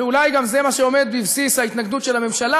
ואולי גם זה מה שעומד בבסיס ההתנגדות של הממשלה,